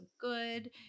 good